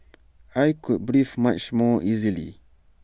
I could breathe much more easily